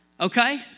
okay